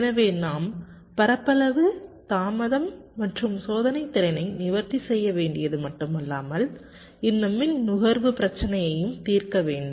எனவே நாம் பரப்பளவு தாமதம் மற்றும் சோதனைத்திறனை நிவர்த்தி செய்ய வேண்டியது மட்டுமல்லாமல் இந்த மின் நுகர்வு பிரச்சினையையும் தீர்க்க வேண்டும்